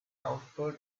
output